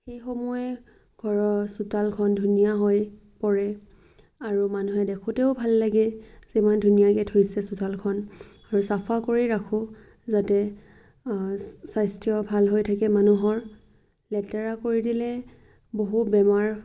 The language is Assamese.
সেইসমূহে ঘৰৰ চোতালখন ধুনীয়া হৈ পৰে আৰু মানুহে দেখোঁতেও ভাল লাগে যে ইমান ধুনীয়াকৈ থৈছে চোতালখন আৰু চাফা কৰি ৰাখোঁ যাতে স্বাস্থ্য ভাল হৈ থাকে মানুহৰ লেতেৰা কৰি দিলে বহু বেমাৰ